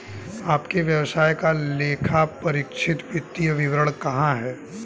आपके व्यवसाय का लेखापरीक्षित वित्तीय विवरण कहाँ है?